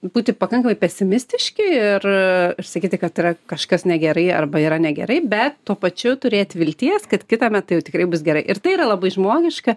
būti pakankamai pesimistiški ir sakyti kad yra kažkas negerai arba yra negerai bet tuo pačiu turėt vilties kad kitąmet tai jau tikrai bus gerai ir tai yra labai žmogiška